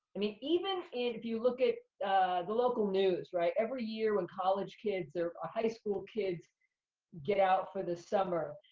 i mean even if you look at the local news, right, every year when college kids or ah high school kids get out for the summer,